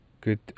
Good